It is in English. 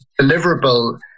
deliverable